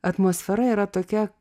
atmosfera yra tokia